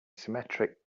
symmetric